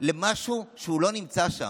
למשהו שהוא לא נמצא שם.